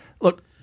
Look